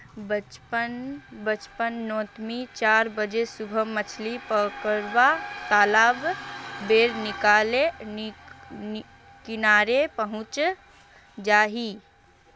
बचपन नोत मि चार बजे सुबह मछली पकरुवा तालाब बेर किनारे पहुचे जा छी